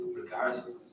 regardless